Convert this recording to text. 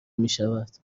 میشود